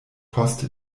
post